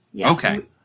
Okay